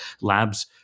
lab's